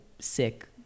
sick